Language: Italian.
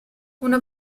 una